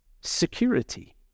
security